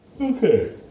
Okay